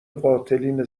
قاتلین